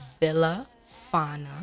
villafana